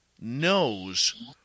knows